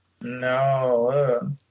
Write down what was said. No